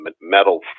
metal